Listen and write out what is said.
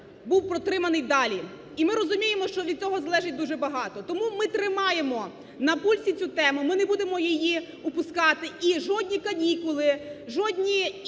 був протриманий далі. І ми розуміємо, що від цього залежить дуже багато. Тому ми тримаємо на пульсі цю тему, ми не будемо її упускати, і жодні канікули, жодні інші